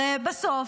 הרי בסוף,